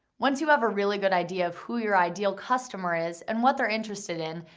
once you have a really good idea of who your ideal customer is and what they're interested in,